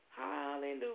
Hallelujah